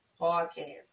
podcast